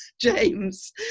James